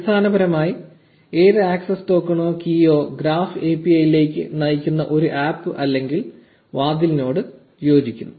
അടിസ്ഥാനപരമായി ഏത് ആക്സസ് ടോക്കണോ കീയോ ഗ്രാഫ് API ലേക്ക് നയിക്കുന്ന ഒരു ആപ്പ് അല്ലെങ്കിൽ വാതിലിനോട് യോജിക്കുന്നു